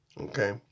Okay